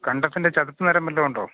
കണ്ടത്തിന്റെ ചതുപ്പ് നിലം വല്ലതുമുണ്ടോ